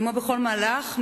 כמו בכל מהלך,